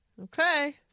Okay